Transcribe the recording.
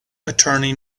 attorney